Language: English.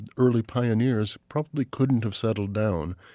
early pioneers probably couldn't have settled down,